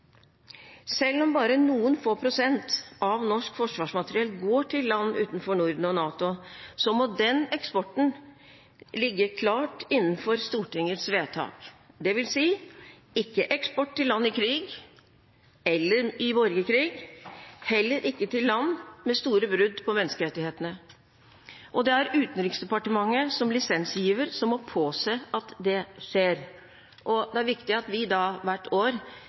Selv om bare noen få prosent av norsk forsvarsmateriell går til land utenfor Norden og NATO, må den eksporten ligge klart innenfor Stortingets vedtak. Det vil si: ikke eksport til land i krig eller i borgerkrig, heller ikke til land med store brudd på menneskerettighetene. Det er Utenriksdepartementet som lisensgiver som må påse at det skjer, og det er viktig at vi da hvert år